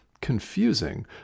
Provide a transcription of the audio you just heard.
confusing